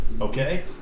Okay